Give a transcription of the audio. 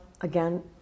again